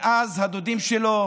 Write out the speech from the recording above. ואז הדודים שלו